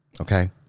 okay